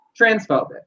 transphobic